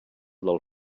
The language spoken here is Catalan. del